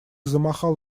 замахал